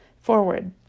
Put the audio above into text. forward